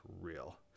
real